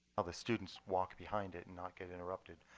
of the students walk behind it and not get interrupted